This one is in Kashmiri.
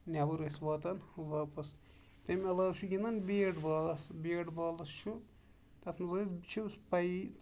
نیبر ٲسۍ واتان واپَس تَمہِ علاوٕ چھُ گِندان بیٹ بالَس بیٹ بالَس چھُ تَتھ منٛز حظ چھُ پَیی